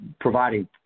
providing